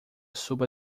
suba